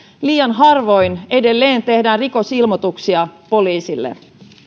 liian harvoin edelleen tehdä rikosilmoituksia poliisille